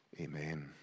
Amen